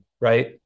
right